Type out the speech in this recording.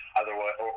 otherwise